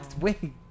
Wait